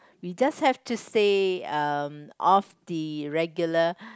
we just have to say uh of the regular